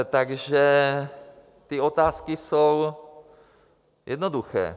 Takže ty otázky jsou jednoduché: